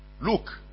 look